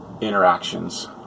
interactions